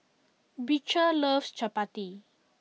Beecher loves Chappati